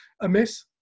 amiss